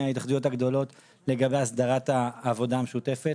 ההתאחדויות הגדולות לגבי הסדרת העבודה המשותפת.